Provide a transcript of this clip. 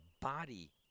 body